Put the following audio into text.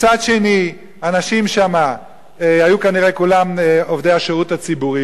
מצד שני אנשים שם היו כנראה כולם עובדי השירות הציבורי,